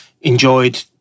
enjoyed